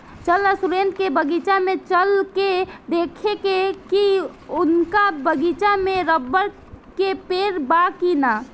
चल ना सुरेंद्र के बगीचा में चल के देखेके की उनका बगीचा में रबड़ के पेड़ बा की ना